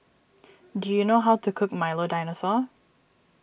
do you know how to cook Milo Dinosaur